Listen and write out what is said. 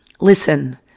listen